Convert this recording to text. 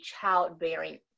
childbearing